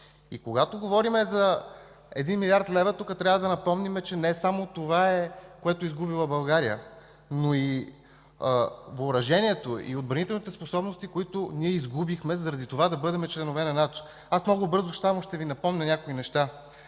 Когато говорим за 1 млрд. лв., тук трябва да напомним, че не само това е изгубила България, но и въоръжението, и отбранителните способности, които изгубихме, за да бъдем членове на НАТО. Много бързо ще Ви напомня само някои неща.